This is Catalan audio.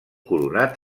coronat